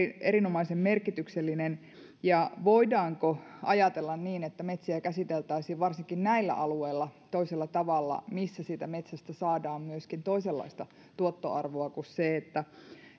erinomaisen merkityksellinen voidaanko ajatella niin että metsiä käsiteltäisiin toisella tavalla varsinkin näillä alueilla missä siitä metsästä saadaan myöskin toisenlaista tuottoarvoa kuin se että